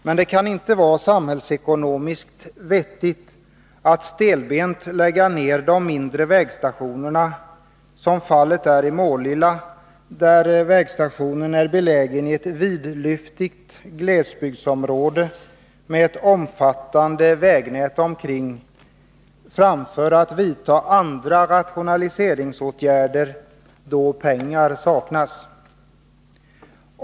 Men det kan inte vara samhällsekonomiskt vettigt att stelbent lägga ned de mindre vägstationerna — som fallet är i Målilla, där vägstationen är belägen i ett vidlyftigt glesbygdsområde med ett omfattande vägnät omkring — framför att vidta andra rationaliseringsåtgärder, då pengar saknas.